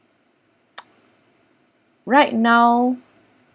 right now